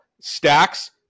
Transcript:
Stacks